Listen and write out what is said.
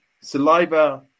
Saliva